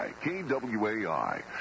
K-W-A-I